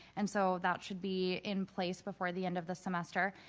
and so that should be in place before the end of the semester.